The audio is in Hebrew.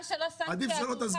עדיף שלא תסביר.